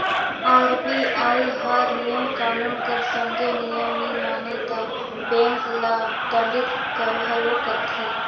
RBI हर नियम कानून कर संघे नियम नी माने ते बेंक ल दंडित घलो करथे